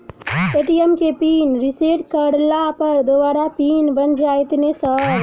ATM केँ pin reset करला पर दोबारा पिन बन जाइत नै सर?